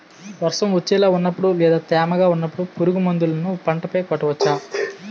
వర్షం వచ్చేలా వున్నపుడు లేదా తేమగా వున్నపుడు పురుగు మందులను పంట పై కొట్టవచ్చ?